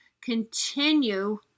continue